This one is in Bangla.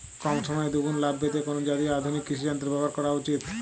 কম সময়ে দুগুন লাভ পেতে কোন জাতীয় আধুনিক কৃষি যন্ত্র ব্যবহার করা উচিৎ?